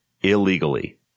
illegally